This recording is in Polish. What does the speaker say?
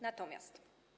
Natomiast.